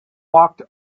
walked